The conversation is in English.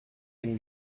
can